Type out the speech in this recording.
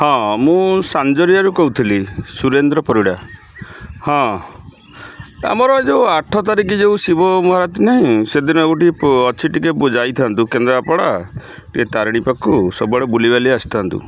ହଁ ମୁଁ ସାଞ୍ଜରିଆରୁ କହୁଥିଲି ସୁରେନ୍ଦ୍ର ପରିଡ଼ା ହଁ ଆମର ଏଇ ଯେଉଁ ଆଠ ତାରିଖ ଯେଉଁ ଶିବ ନାହିଁ ସେଦିନ ଅଛି ଟିକେ ଯାଇଥାନ୍ତୁ କେନ୍ଦ୍ରାପଡ଼ା ଟିକେ ତାରିଣୀ ପାଖକୁ ସବୁଆଡ଼େ ବୁଲି ବାଲି ଆସିଥାନ୍ତୁ